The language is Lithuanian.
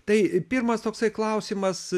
tai pirmas toksai klausimas